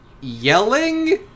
yelling